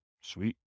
Sweet